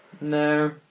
No